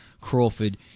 Crawford